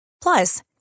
Plus